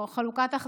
בבקשה.